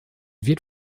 wird